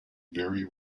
very